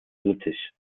lüttich